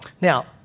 Now